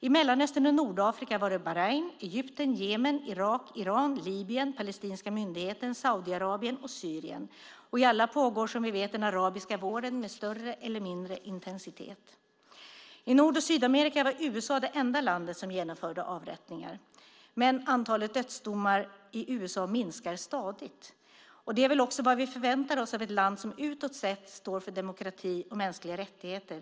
I Mellanöstern och Nordafrika var det Bahrain, Egypten, Jemen, Irak, Iran, Libyen, palestinska myndigheten, Saudiarabien och Syrien. Och i alla pågår, som vi vet, den arabiska våren med större eller mindre intensitet. I Nord och Sydamerika var USA det enda land som genomförde avrättningar, men antalet dödsdomar i USA minskar stadigt. Det är väl också vad vi förväntar oss av ett land som utåt sett står för demokrati och mänskliga rättigheter.